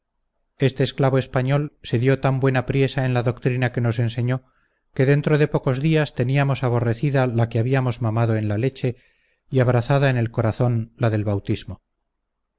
este esclavo español se dio tan buena priesa en la doctrina que nos enseñó que dentro de pocos días teníamos aborrecida la que habíamos mamado en la leche y abrazada en el corazón la del bautismo